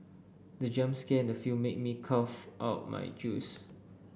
the jump scare in the film made me cough out my juice